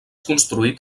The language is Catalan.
construït